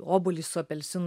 obuolį su apelsinų